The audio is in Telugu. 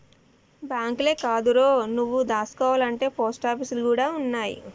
బాంకులే కాదురో, నువ్వు దాసుకోవాల్నంటే పోస్టాపీసులు గూడ ఉన్నయ్